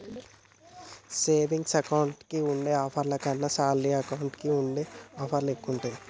saving account కి ఉండే ఆఫర్ల కన్నా శాలరీ అకౌంట్ కి ఉండే ఆఫర్లే ఎక్కువగా ఉంటాయి